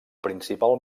principal